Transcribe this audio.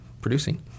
producing